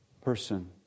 person